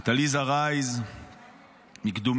את עליזה רייז מקדומים,